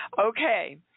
Okay